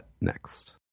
next